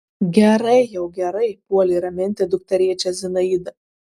gerai jau gerai puolė raminti dukterėčią zinaida